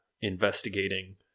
investigating